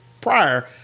prior